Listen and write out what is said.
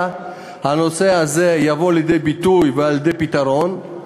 הנושא הזה יבוא לידי ביטוי ולידי פתרון,